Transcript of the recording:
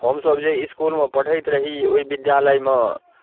हमसभ जाहि इसकुलमे पढ़ैत रही ओहि विद्यालयमे